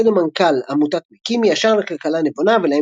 מייסד ומנכ"ל עמותת מקימי – השער לכלכלה נבונה,